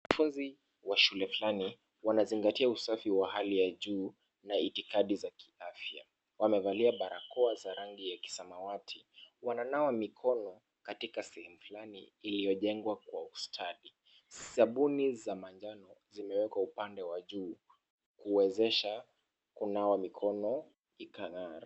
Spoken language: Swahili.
Wanafunzi wa shule fulani wanazingatia usafi wa hali ya juu na itikadhi za kiafya. Wamevalia barakoa za rangi ya kisamawati, wananawa mikono katika sehemu fulani iliyojengwa kwa ustadi. Sabuni za manjano zimewekwa upande wa juu kuwezesha kunawa mikono ikang'ara.